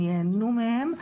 ייהנו מהם,